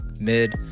mid